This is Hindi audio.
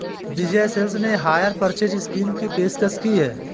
विजय सेल्स ने हायर परचेज स्कीम की पेशकश की हैं